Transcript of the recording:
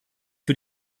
für